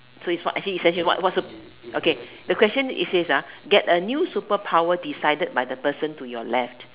so it's for actually it's actually what's the what so okay the question is this ah get a new superpower decided by the person to your left